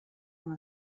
amb